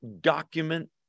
document